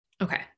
Okay